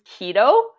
keto